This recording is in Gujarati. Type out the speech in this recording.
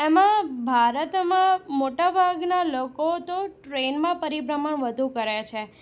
એમાં ભારતમાં મોટાભાગના લોકો તો ટ્રેનમાં પરિભ્રમણ વધુ કરે છે